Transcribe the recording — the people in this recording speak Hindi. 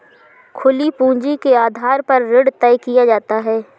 खुली पूंजी के आधार पर ऋण तय किया जाता है